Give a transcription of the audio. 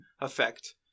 effect